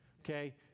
okay